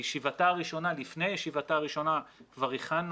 לפני ישיבתה הראשונה כבר הכנו